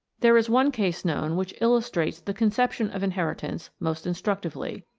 there is one case known which illustrates the conception of inheritance most instructively.